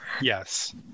Yes